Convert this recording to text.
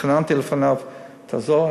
התחננתי לפניו: תעזור,